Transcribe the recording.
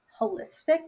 holistic